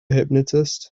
hypnotist